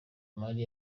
imari